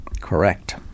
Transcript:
Correct